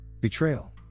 Betrayal